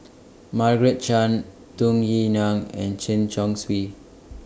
Margaret Chan Tung Yue Nang and Chen Chong Swee